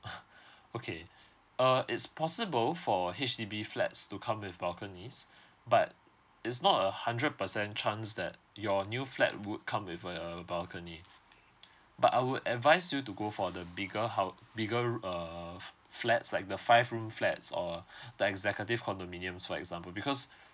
okay uh it's possible for H_D_B flats to come with balconies but it's not a hundred percent chance that your new flat would come with a balcony but I would advise you to go for the bigger hou~ bigger err flats like the five room flats or the executive condominiums for example because